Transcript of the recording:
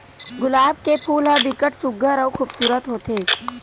गुलाब के फूल ह बिकट सुग्घर अउ खुबसूरत होथे